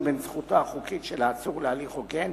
בין זכותו החוקית של העצור להליך הוגן,